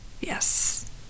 yes